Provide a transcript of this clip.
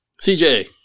CJ